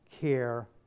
care